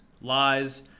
lies